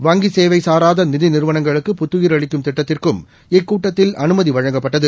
வங்கி சேவை சாராத நிதி நிறுவனங்களுக்கு புத்தயிர் அளிக்கும் திட்டத்திற்கும் இக்கூட்டத்தில் அனுமதி வழங்கப்பட்டது